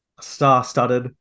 Star-studded